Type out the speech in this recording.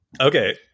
Okay